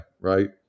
right